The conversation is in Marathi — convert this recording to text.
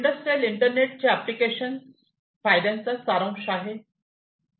इंडस्ट्रियल इंटरनेटचे एप्लीकेशन्स फायद्यांचा सारांश आहे